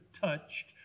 touched